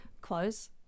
close